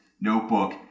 notebook